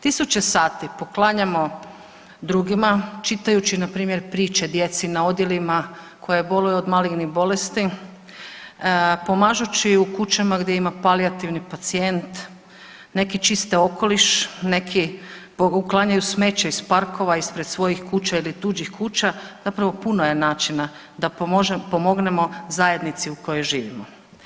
Tisuće sati poklanjamo drugima čitajući npr. priče djeci na odjelima koja boluju od malignih bolesti, pomažući u kućama gdje ima palijativni pacijent, neki čiste okoliš, neki uklanjaju smeće iz parkova ispred svojih kuća ili tuđih kuća, zapravo puno je načina da pomognemo u zajednici u kojoj živimo.